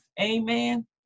Amen